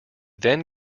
then